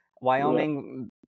Wyoming